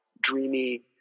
Dreamy